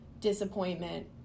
disappointment